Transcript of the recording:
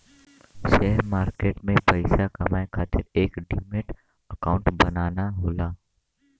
share market में पइसा कमाये खातिर एक डिमैट अकांउट बनाना होला